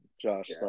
Josh